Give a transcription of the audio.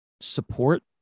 support